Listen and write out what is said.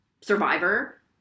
survivor